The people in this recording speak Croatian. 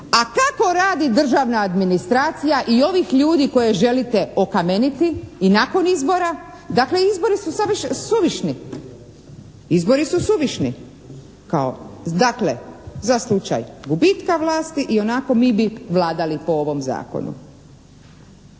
A kako radi državna administracija i ovih ljudi koje želite okameniti i nakon izbora, dakle izbori su suvišni. Izbori su suvišni kao, dakle za slučaj gubitka vlasti ionako mi bi vladali po ovom zakonu.